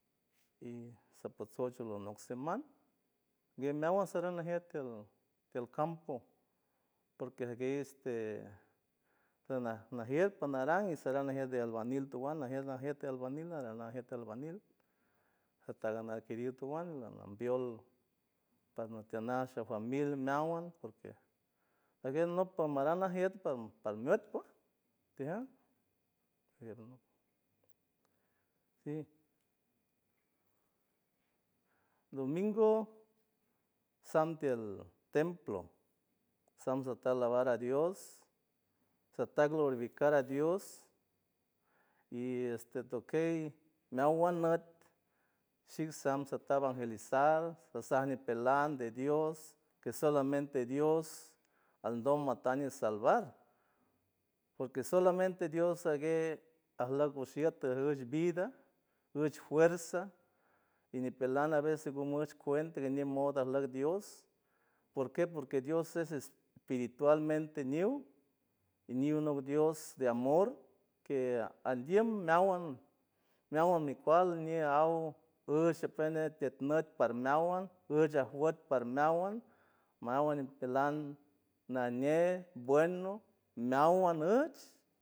Y sapotsuets olanok seman gue meawan saran najñeck tiel tiel campo porque ajguey este na- najiet panaran y saran najiet de albañil tuan najier najiet albañil aran najiet albañil sata ganar kiriw tuan lanambiol tarnete meajts famil meawan porque aguey anok parmaran najiet pal- palmuet pue pijan guiel anok, domingo san tiel templo, san sata alabar a dios, sata glorificar a dios y este tokey meawan nüt sisam sata evangelizado sisaj ñipelan de dios, que solamente dios, aldom mata ñita mi salvar porque solamente dios ajguey ajleck ushiet pajiesh vida uch fuerza y ñipelan a ves pomuch cuenta guiñey mod ajleck dios porque porque dios es espiritualmente ñiw, ñiw dios es amor que andiem meawan meawan mi kual ñi aw uch apunet nüt parmeawan uch ajuet parmeawan meawan ñipelan najñe bueno meawan utch.